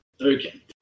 Okay